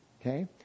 Okay